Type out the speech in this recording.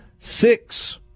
six